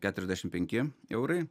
keturiasdešim penki eurai